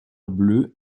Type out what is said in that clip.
bleue